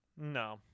No